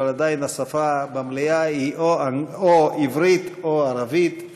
אבל עדיין השפה במליאה היא או עברית או ערבית,